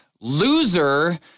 Loser